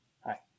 hi